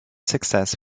success